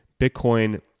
Bitcoin